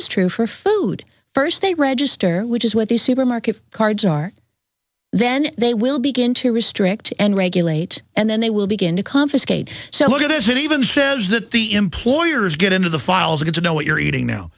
is true for food first they register which is what the supermarket cards are then they will begin to restrict and regulate and then they will begin to confiscate so what is it even says that the employers get into the files get to know what you're eating now